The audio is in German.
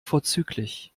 vorzüglich